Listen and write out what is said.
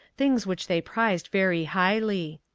things which they prized very highly.